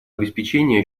обеспечения